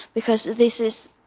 because this is.